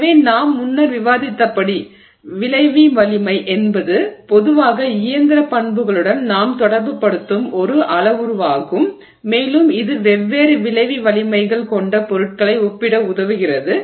எனவே நாம் முன்னர் விவாதித்தபடி விளைவி நெகிழ்வு வலிமை என்பது பொதுவாக இயந்திர பண்புகளுடன் நாம் தொடர்புபடுத்தும் ஒரு அளவுருவாகும் மேலும் இது வெவ்வேறு விளைவி நெகிழ்வு வலிமைகள் கொண்ட பொருட்களை ஒப்பிட உதவுகிறது